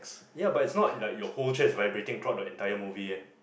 ya but it's not like your whole train is vibrating throughout the entire movie eh